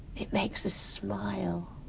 it makes us smile.